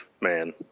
man